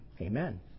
Amen